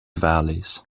valleys